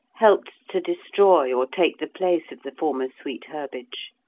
helped to destroy or take the place of the former sweet herbage.